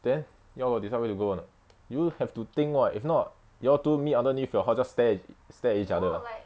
then you all got decide where to go or not you have to think [what] if not you all two meet underneath your house just stare at stare at each other ah